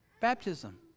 baptism